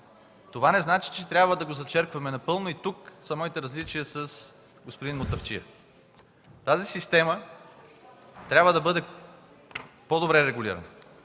Това не значи, че трябва да го зачеркваме напълно и тук са моите различия с господин Мутафчиев. Тази система трябва да бъде по-добре регулирана.